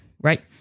right